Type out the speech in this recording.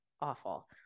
awful